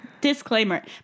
disclaimer